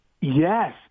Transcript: Yes